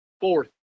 fourth